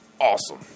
awesome